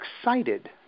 excited